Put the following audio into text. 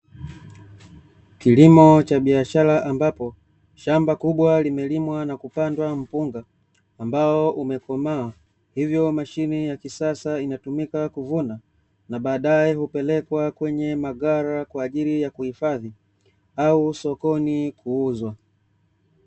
Kilimo cha biashara ambapo shamba kubwa limelimwa na kupandwa mpunga, ambao umekomaa hivyo mashine ya kisasa inatumika kuvuna na baadaye hupelekwa kwenye maghala kwa ajili ya kuhifadhi au sokoni kuuzwa.